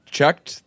checked